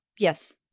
Yes